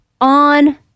on